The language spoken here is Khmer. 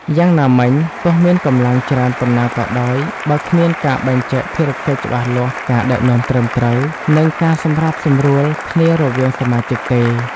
យ៉ាងណាមិញ ទោះមានកម្លាំងច្រើនប៉ុណ្ណាក៏ដោយ បើគ្មានការបែងចែកភារកិច្ចច្បាស់លាស់ ការដឹកនាំត្រឹមត្រូវ និងការសម្របសម្រួលគ្នារវាងសមាជិកទេ។